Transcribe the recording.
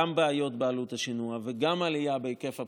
גם הבעיות בעלות השינוע וגם העלייה בהיקף הפסולת,